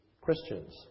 Christian's